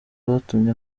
batumye